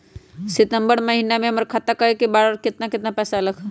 सितम्बर महीना में हमर खाता पर कय बार बार और केतना केतना पैसा अयलक ह?